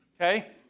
okay